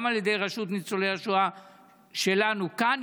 גם על ידי רשות ניצולי השואה שלנו כאן,